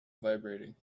vibrating